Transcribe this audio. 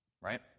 Right